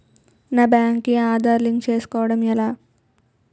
నా బ్యాంక్ కి ఆధార్ లింక్ చేసుకోవడం ఎలా?